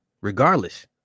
regardless